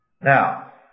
Now